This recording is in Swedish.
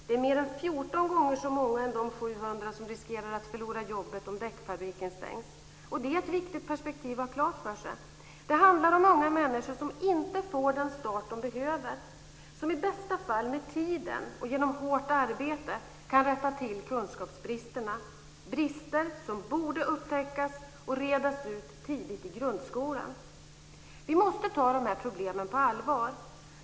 Det är mer än 14 gånger så många som de 700 som riskerar att förlora jobbet om däckfabriken stängs. Det är ett viktigt perspektiv att ha klart för sig. Det handlar om unga människor som inte får den start de behöver. I bästa fall kan de med tiden, och genom hårt arbete, rätta till kunskapsbristerna - brister som borde upptäckas och redas ut tidigt i grundskolan. Vi måste ta de här problemen på allvar.